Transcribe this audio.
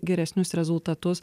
geresnius rezultatus